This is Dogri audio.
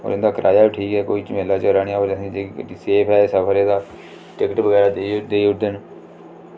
होर इंदा किराया बी ठीक ऐ कोई इंदा झमेल्ला निं कोई होर ठीक ऐ ते सेफ ऐ सफर एह्दा टिकट बगैरा देई ओड़दे न